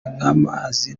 nk’amazi